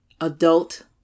adult